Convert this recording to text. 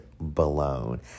blown